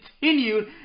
continued